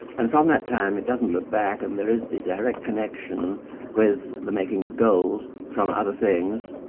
and from that time it doesn't look back and there is the direct connection with the making of gold from other things,